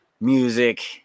music